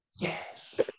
Yes